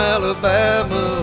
Alabama